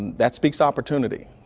that speaks opportunity.